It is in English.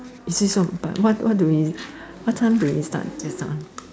is it so but what what do we what time did we start just now